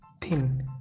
thin